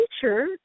teacher